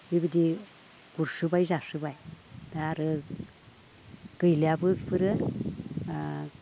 बिबायदि गुरसोबाय जासोबाय दा आरो गैलियाबो इफोरो